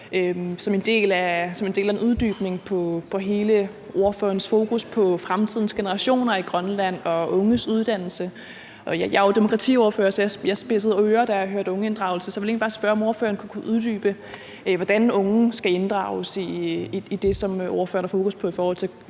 som en del af en uddybning på hele ordførerens fokus på fremtidens generationer i Grønland og unges uddannelse. Jeg er jo demokratiordfører, så jeg spidsede ører, da jeg hørte ordet ungeinddragelse, så jeg vil egentlig bare spørge, om ordføreren kunne uddybe, hvordan unge skal inddrages i det, som ordføreren har fokus på i forhold til